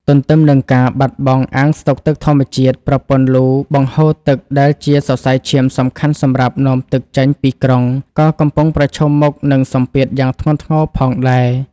ទន្ទឹមនឹងការបាត់បង់អាងស្តុកទឹកធម្មជាតិ ប្រព័ន្ធលូបង្ហូរទឹកដែលជាសរសៃឈាមសំខាន់សម្រាប់នាំទឹកចេញពីក្រុង ក៏កំពុងប្រឈមមុខនឹងសម្ពាធយ៉ាងធ្ងន់ធ្ងរផងដែរ។